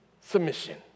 submission